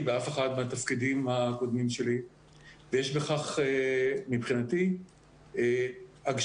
באף אחד מהתפקידים הקודמים שלי ויש בכך מבחינתי הגשמה